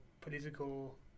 political